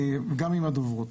גם עם הדוברות.